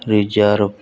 ਰਿਜਰ